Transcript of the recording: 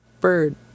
Bird